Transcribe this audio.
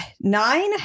nine